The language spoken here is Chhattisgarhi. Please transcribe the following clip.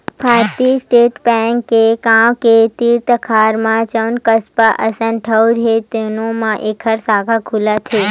भारतीय स्टेट बेंक के गाँव के तीर तखार म जउन कस्बा असन ठउर हे तउनो म एखर साखा खुलत हे